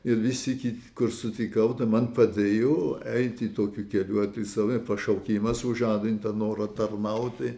ir visi kiti kur sutikau man padėjo eiti tokiu keliu apie save pašaukimą sužadintą norą tarnauti